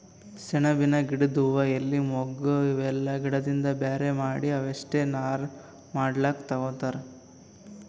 ಸೆಣಬಿನ್ ಗಿಡದ್ ಹೂವಾ ಎಲಿ ಮೊಗ್ಗ್ ಇವೆಲ್ಲಾ ಗಿಡದಿಂದ್ ಬ್ಯಾರೆ ಮಾಡಿ ಅವಷ್ಟೆ ನಾರ್ ಮಾಡ್ಲಕ್ಕ್ ತಗೊತಾರ್